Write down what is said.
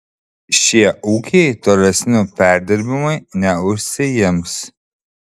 šie ūkiai tolesniu perdirbimui neužsiims